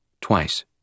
twice